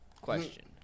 question